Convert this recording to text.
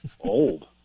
old